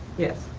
yes.